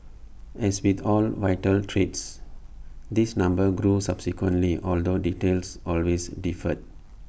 as with all vital trades this number grew subsequently although details always differed